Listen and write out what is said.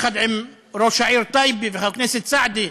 יחד עם ראש העיר טייבה וחבר הכנסת סעדי,